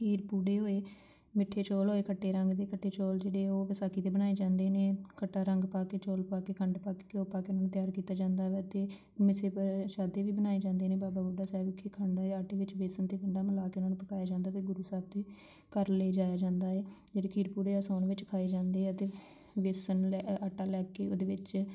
ਖੀਰ ਪੁੜੇ ਹੋਏ ਮਿੱਠੇ ਚੌਲ ਹੋਏ ਖੱਟੇ ਰੰਗ ਦੇ ਖੱਟੇ ਚੌਲ ਜਿਹੜੇ ਉਹ ਵਿਸਾਖੀ 'ਤੇ ਬਣਾਏ ਜਾਂਦੇ ਨੇ ਖੱਟਾ ਰੰਗ ਪਾ ਕੇ ਚੌਲ ਪਾ ਕੇ ਖੰਡ ਪਾ ਕੇ ਘਿਓ ਪਾ ਕੇ ਉਹਨਾਂ ਨੂੰ ਤਿਆਰ ਕੀਤਾ ਜਾਂਦਾ ਵਾ ਅਤੇ ਮਿੱਸੇ ਪ੍ਰਸ਼ਾਦੇ ਵੀ ਬਣਾਏ ਜਾਂਦੇ ਨੇ ਬਾਬਾ ਬੁੱਢਾ ਸਾਹਿਬ ਵਿਖੇ ਖੰਡ ਦੇ ਆਟੇ ਵਿੱਚ ਬੇਸਣ ਅਤੇ ਮਿਲਾ ਕੇ ਉਹਨਾਂ ਨੂੰ ਪਕਾਇਆ ਜਾਂਦਾ ਏ ਅਤੇ ਗੁਰੂ ਸਾਹਿਬ ਦੇ ਘਰ ਲਿਜਾਇਆ ਜਾਂਦਾ ਹੈ ਜਿਹੜੇ ਖੀਰ ਪੂੜੇ ਹੈ ਸਾਉਨ ਵਿੱਚ ਖਾਏ ਜਾਂਦੇ ਆ ਅਤੇ ਬੇਸਣ ਲੈ ਅ ਆਟਾ ਲੈ ਕੇ ਉਹਦੇ ਵਿੱਚ